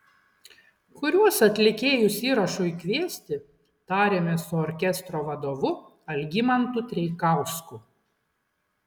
kuriuos atlikėjus įrašui kviesti tarėmės su orkestro vadovu algimantu treikausku